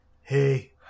Hey